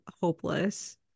hopeless